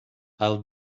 i’ll